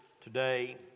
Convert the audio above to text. today